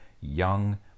young